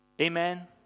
Amen